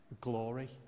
glory